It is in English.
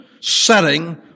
setting